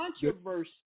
controversy